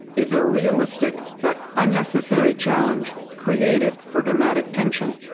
is a realistic but unnecessary challenge created for dramatic tension.